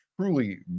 truly